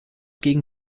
gegen